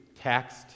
taxed